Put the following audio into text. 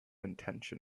intention